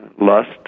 lust